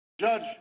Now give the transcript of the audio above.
judge